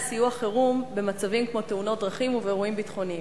המונעת סיוע חירום במצבים כמו תאונות דרכים ובאירועים ביטחוניים.